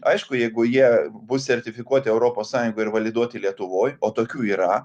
aišku jeigu jie bus sertifikuoti europos sąjungoj ir validuoti lietuvoj o tokių yra